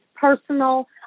personal